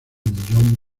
millón